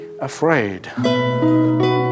afraid